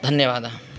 धन्यवादः